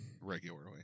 regularly